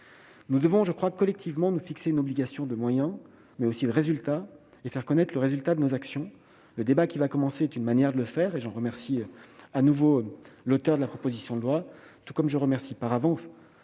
Nous devons collectivement nous fixer une obligation de moyens, mais aussi de résultats et faire connaître le bilan de nos actions. Le débat qui va commencer est une manière de le faire et j'en remercie de nouveau l'auteure de la proposition de loi, tout comme je remercie, par avance,